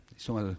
Insomma